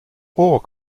ore